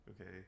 Okay